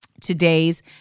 today's